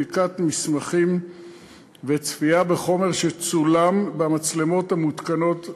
בדיקת מסמכים וצפייה בחומר שצולם במצלמות המותקנות בבית-המטבחיים.